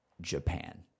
Japan